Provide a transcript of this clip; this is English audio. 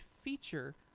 feature